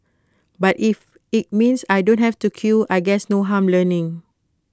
but if IT means I don't have to queue I guess no harm learning